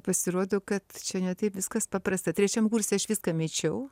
pasirodo kad čia ne taip viskas paprasta trečiam kurse aš viską mečiau